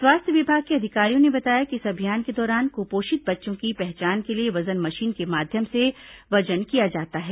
स्वास्थ्य विभाग के अधिकारियों ने बताया कि इस अभियान के दौरान क्पोषित बच्चों की पहचान के लिए वजन मशीन के माध्यम से वजन किया जाता है